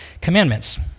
commandments